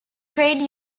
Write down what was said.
trade